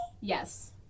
Yes